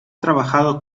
trabajado